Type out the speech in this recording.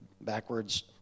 backwards